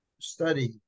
study